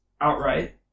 outright